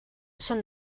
són